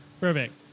Perfect